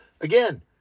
again